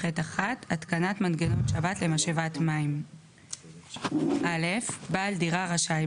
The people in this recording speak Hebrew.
"התקנת מנגנון שבת למשאבת מים 59ח1. (א)בעל דירה רשאי,